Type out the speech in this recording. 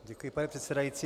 Děkuji pane předsedající.